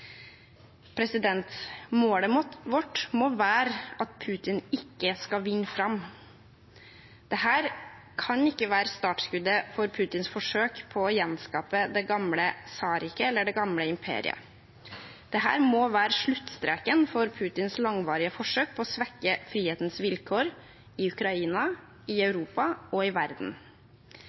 Målet vårt må være at Putin ikke skal vinne fram. Dette kan ikke være startskuddet for Putins forsøk på å gjenskape det gamle tsarriket eller det gamle imperiet. Dette må være sluttstreken for Putins langvarige forsøk på å svekke frihetens vilkår i Ukraina, i Europa og i verden.